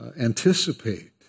anticipate